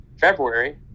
February